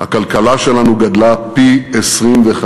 הכלכלה שלנו גדלה פי-25.